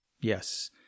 Yes